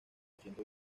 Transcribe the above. siguiente